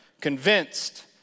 convinced